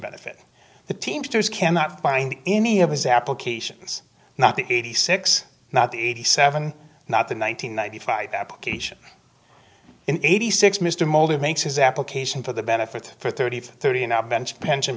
benefit the teamsters cannot find any of these applications not the eighty six not the eighty seven not the nine hundred ninety five application in eighty six mr molder makes his application for the benefit for thirty thirty in our bench pension